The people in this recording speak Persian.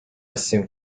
هستیم